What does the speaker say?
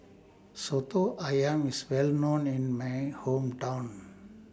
Soto Ayam IS Well known in My Hometown